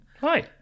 Hi